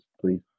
please